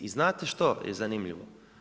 I znate što je zanimljivo?